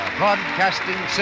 Broadcasting